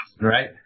Right